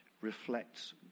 reflects